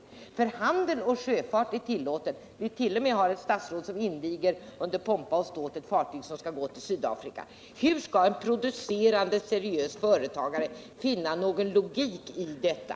Handel och sjöfart är tillåtet. Vi har jut.o.m. ett statsråd som med pomp och ståt inviger ett fartyg som skall till Sydafrika. Hur skall en producerande seriös företagare kunna finna någon logik i detta?